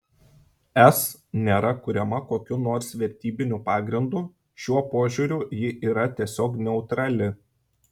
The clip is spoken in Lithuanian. es nėra kuriama kokiu nors vertybiniu pagrindu šiuo požiūriu ji yra tiesiog neutrali